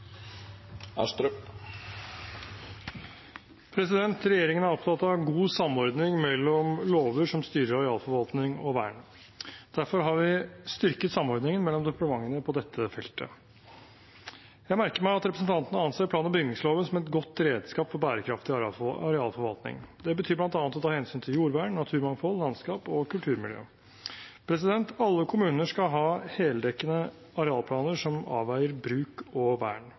opptatt av god samordning mellom lover som styrer arealforvaltning og vern. Derfor har vi styrket samordningen mellom departementene på dette feltet. Jeg merker meg at representantene anser plan- og bygningsloven som et godt redskap for bærekraftig arealforvaltning. Det betyr bl.a. å ta hensyn til jordvern, naturmangfold, landskap og kulturmiljø. Alle kommuner skal ha heldekkende arealplaner som avveier bruk og vern.